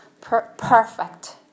perfect